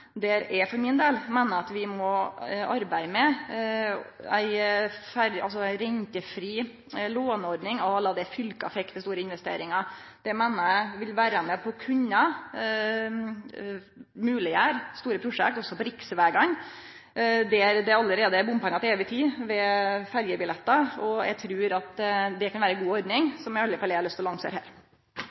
der eg for min del meiner at vi må arbeide med ei rentefri låneordning à la den fylka fekk til store investeringar. Det meiner eg vil vere med på å kunne gjere store prosjekt moglege også på riksvegane, der det allereie er bompengar til evig tid, ved ferjebillettar. Eg trur at det kan vere ei god ordning, som i alle fall eg har lyst til å lansere her.